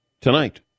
tonight